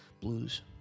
blues